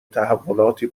تحولاتی